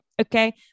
Okay